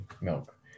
Milk